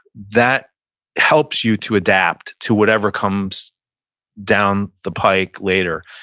that helps you to adapt to whatever comes down the pike later.